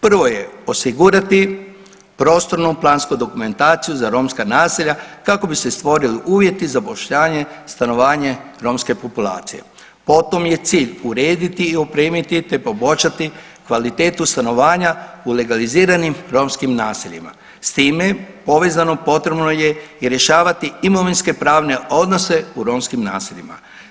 Prvo je osigurati prostorno plansku dokumentaciju za romska naselja kako bi se stvorili uvjeti i zapošljavanje stanovanje romske populacije, potom je cilj urediti i opremiti te poboljšati kvalitetu stanovanja u legaliziranim romskim naseljima s time povezano potrebno je i rješavati imovinskopravne odnose u romskim naseljima.